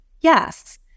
Yes